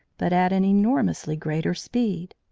but at an enormously greater speed.